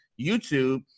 YouTube